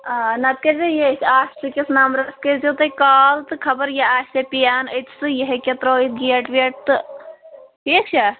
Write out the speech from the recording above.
آ نَتہٕ کٔرۍ زیو ییٚتھۍ آفسِکِس نَمنرَس کٔرۍ زیو تُہۍ کال تہٕ خبر یہِ آسیا پِیان أتسٕے یہِ ہیٚکیٛاہ ترٛٲوِتھ گیٹ ویٹ تہٕ ٹھیٖک چھےٚ